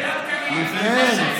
לפני.